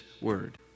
word